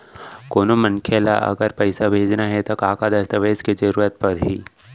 कोनो मनखे ला अगर मोला पइसा भेजना हे ता का का दस्तावेज के जरूरत परही??